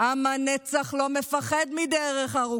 מגיע להם לחיות חיים טובים.